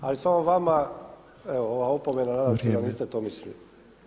Ali samo vama ova opomena, nadam se da niste to mislili.